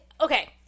Okay